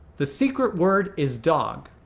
the secret word is dog.